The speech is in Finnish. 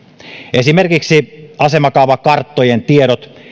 esimerkiksi asemakaavakarttojen tiedot